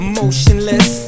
motionless